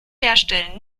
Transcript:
herstellen